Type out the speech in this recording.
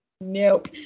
Nope